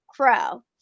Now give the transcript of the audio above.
Crow